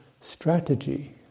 strategy